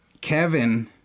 Kevin